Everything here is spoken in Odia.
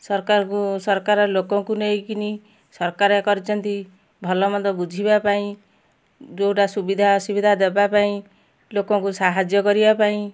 ସରକାରଙ୍କୁ ସରକାର ଲୋକଙ୍କୁ ନେଇକିନି ସରକାର କରିଛନ୍ତି ଭଲ ମନ୍ଦ ବୁଝିବା ପାଇଁ ଯେଉଁଟା ସୁବିଧା ଅସୁବିଧା ଦେବା ପାଇଁ ଲୋକଙ୍କୁ ସାହାଯ୍ୟ କରିବା ପାଇଁ